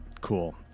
Cool